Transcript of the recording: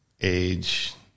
age